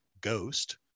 ghost